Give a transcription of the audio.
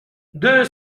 deux